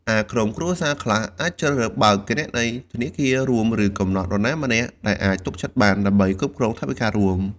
ឯក្រុមគ្រួសារខ្លះអាចជ្រើសរើសបើកគណនីធនាគាររួម ឬកំណត់នរណាម្នាក់ដែលអាចទុកចិត្តបាន ដើម្បីគ្រប់គ្រងថវិការួម។